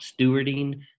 stewarding